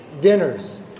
Dinners